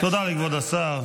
תודה לכבוד השר.